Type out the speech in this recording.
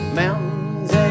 mountains